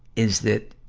is that,